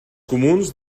comuns